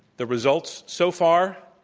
the results so far,